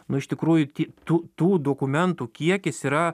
nu iš tikrųjų ti tų tų dokumentų kiekis yra